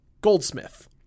Goldsmith